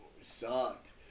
sucked